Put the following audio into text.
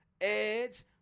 edge